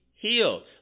Healed